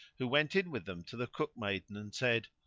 who went in with them to the cook maiden and said,